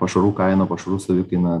pašarų kaina pašarų savikaina